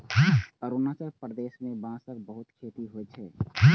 अरुणाचल प्रदेश मे बांसक बहुत खेती होइ छै